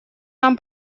нам